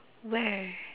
where